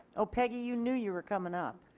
oh pegi you knew you were coming up.